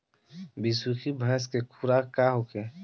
बिसुखी भैंस के खुराक का होखे?